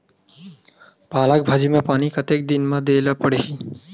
पालक भाजी म पानी कतेक दिन म देला पढ़ही?